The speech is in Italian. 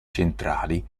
centrali